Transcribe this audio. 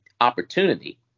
opportunity